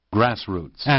Grassroots